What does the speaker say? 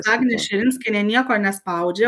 agnė širinskienė nieko nespaudžia